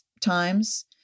times